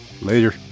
Later